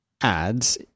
ads